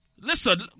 listen